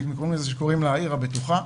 שקוראים לה "העיר הבטוחה",